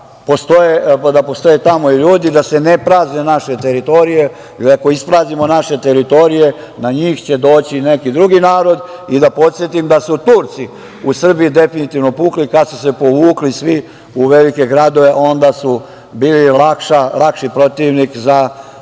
da postoje tamo i ljudi, da se ne prazne naše teritorije, jer ako ispraznimo naše teritorije, na njih će doći neki drugi narod. Da podsetim da su Turci u Srbiji definitivno pukli kada su se povukli svi u velike gradove, onda su bili lakši protivnik za